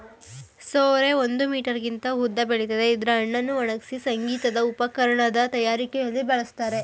ಸೋರೆ ಒಂದು ಮೀಟರ್ಗಿಂತ ಉದ್ದ ಬೆಳಿತದೆ ಇದ್ರ ಹಣ್ಣನ್ನು ಒಣಗ್ಸಿ ಸಂಗೀತ ಉಪಕರಣದ್ ತಯಾರಿಯಲ್ಲಿ ಬಳಸ್ತಾರೆ